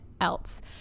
Else